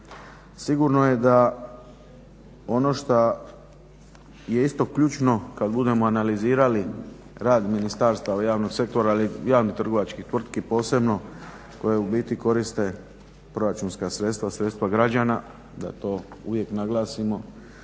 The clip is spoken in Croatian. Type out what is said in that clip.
Sigurno je da ono šta je isto ključno kad budemo analizirali rad ministarstava u javnom sektoru, ali i javnih trgovačkih tvrtki posebno koje u biti koriste proračunska sredstva, sredstva građana da to uvijek naglasimo